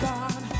God